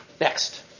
Next